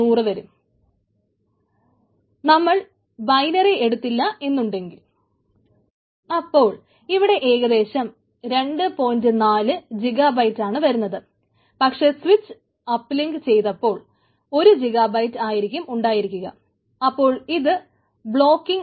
4 gigabyte 2